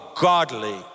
godly